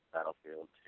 Battlefield